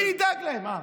מי ידאג להם?